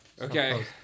Okay